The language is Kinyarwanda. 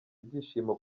ibyishimo